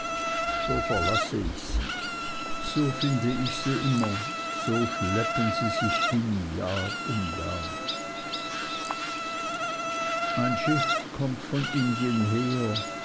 so verlasse ich sie so finde ich sie immer so schleppen sie sich hin jahr um jahr ein schiff kommt von indien her